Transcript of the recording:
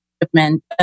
equipment